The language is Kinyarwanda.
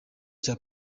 cya